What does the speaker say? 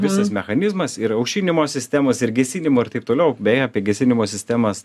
visas mechanizmas ir aušinimo sistemos ir gesinimo ir taip toliau beje apie gesinimo sistemas